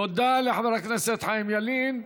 תודה לחבר הכנסת חיים ילין.